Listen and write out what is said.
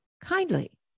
kindly